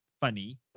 funny